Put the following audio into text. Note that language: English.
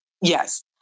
Yes